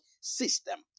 system